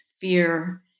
fear